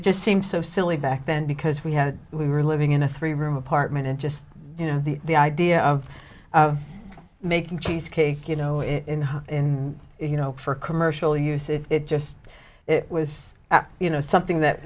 it just seemed so silly back then because we had we were living in a three room apartment and just you know the the idea of making cheesecake you know in you know for commercial use it it just it was you know something that